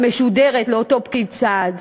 המשודרת לאותו פקיד סעד.